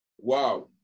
Wow